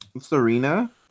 Serena